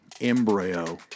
embryo